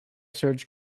surge